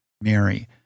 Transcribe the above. Mary